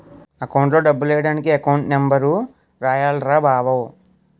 అకౌంట్లో డబ్బులెయ్యడానికి account number రాయాల్రా బావో